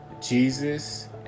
Jesus